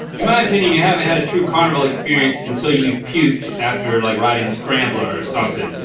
in my opinion, you haven't had a true carnival experience until you've puked after like riding the scrambler something. yeah